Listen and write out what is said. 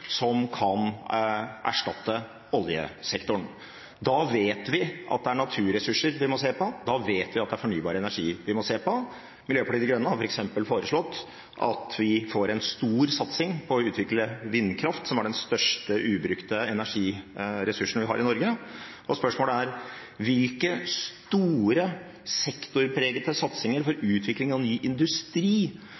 som kan erstatte oljesektoren. Da vet vi at det er naturressurser vi må se på, og da vet vi at det er fornybar energi vi må se på. Miljøpartiet De Grønne har f.eks. foreslått at vi får en stor satsing på å utvikle vindkraft, som er den største ubrukte energiressursen vi har i Norge. Spørsmålet er: Hvilke store, sektorpregede satsinger for utvikling av ny industri